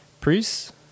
Priests